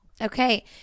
Okay